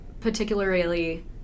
particularly